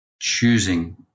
choosing